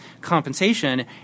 compensation